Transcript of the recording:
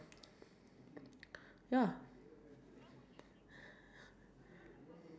cook I will say maybe cooking I think that's been nice like if people like you know order